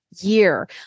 year